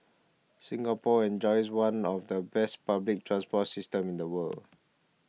Singapore enjoys one of the best public transport systems in the world